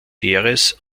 heeres